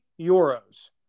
euros